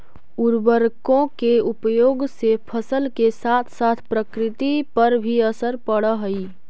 उर्वरकों के उपयोग से फसल के साथ साथ प्रकृति पर भी असर पड़अ हई